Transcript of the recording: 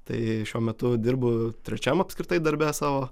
tai šiuo metu dirbu trečiam apskritai darbe savo